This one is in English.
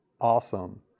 awesome